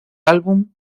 álbum